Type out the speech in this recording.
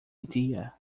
idea